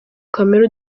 kamere